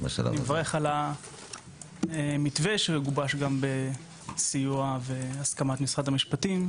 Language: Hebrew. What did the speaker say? אני מברך על המתווה שגובש גם בסיוע והסכמת משרד המשפטים.